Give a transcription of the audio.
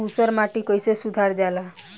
ऊसर माटी कईसे सुधार जाला?